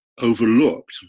overlooked